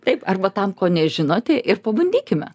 taip arba tam ko nežinote ir pabandykime